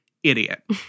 Idiot